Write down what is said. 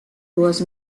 was